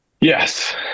Yes